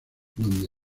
donde